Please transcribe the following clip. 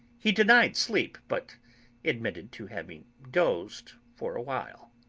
he denied sleep, but admitted to having dozed for a while.